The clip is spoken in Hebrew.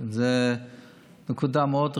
זאת נקודה מאוד רגישה.